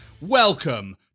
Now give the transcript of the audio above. Welcome